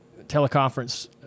teleconference